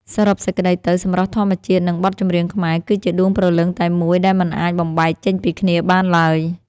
សរុបសេចក្ដីទៅ សម្រស់ធម្មជាតិ និងបទចម្រៀងខ្មែរ គឺជាដួងព្រលឹងតែមួយដែលមិនអាចបំបែកចេញពីគ្នាបានឡើយ។